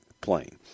plane